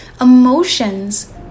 emotions